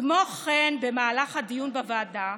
כמו כן, במהלך הדיון בוועדה,